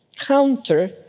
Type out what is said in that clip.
counter